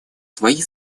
свои